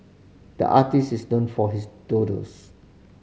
the artist is known for his doodles